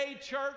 church